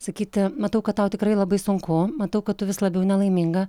sakyti matau kad tau tikrai labai sunku matau kad tu vis labiau nelaiminga